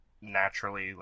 naturally